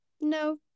no